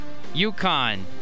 UConn